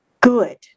good